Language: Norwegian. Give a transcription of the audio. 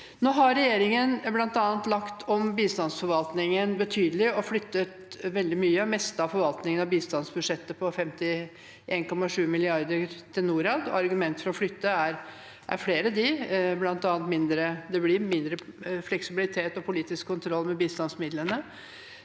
Regjeringen har bl.a. lagt om bistandsforvaltningen betydelig og flyttet veldig mye – det meste – av forvaltningen av bistandsbudsjettet på 51,7 mrd. kr til Norad. Argumentene for å flytte er flere. Det blir mindre fleksibilitet og politisk kontroll med bistandsmidlene.